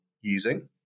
using